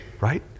right